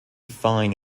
fine